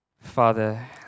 Father